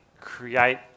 create